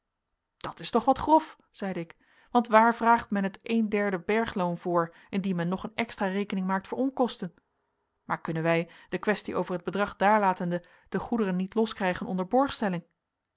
dat is toch wat grof zeide ik want waar vraagt men het eenderde bergloon voor indien men nog een extra rekening maakt voor onkosten maar kunnen wij de quaestie over het bedrag daarlatende de goederen niet loskrijgen onder borgstelling